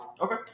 Okay